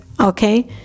okay